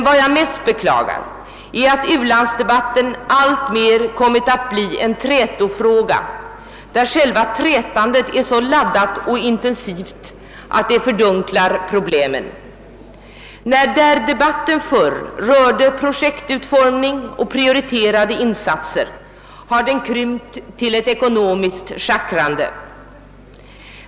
Vad jag mest beklagar är dock att u-landsdebatten alltmer kommit att bli en trätofråga, i vilken själva trätandet är så laddat och intensivt att det fördunklar problemen. Debatten, som förr rörde projektutformning och prioriterande av insatser, har krympt till ett ekonomiskt schackrande.